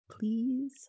Please